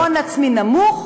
הון עצמי נמוך.